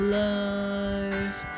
life